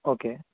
okay